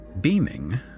Beaming